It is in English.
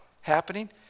happening